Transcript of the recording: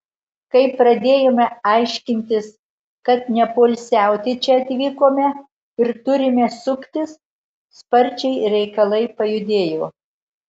kai pradėjome aiškintis kad nepoilsiauti čia atvykome ir turime suktis sparčiai reikalai pajudėjo